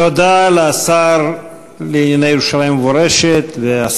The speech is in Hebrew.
תודה לשר לענייני ירושלים ומורשת ושר